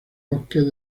bosques